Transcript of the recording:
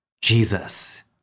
Jesus